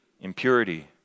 impurity